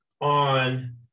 on